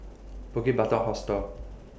Bukit Batok Hostel